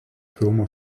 filmo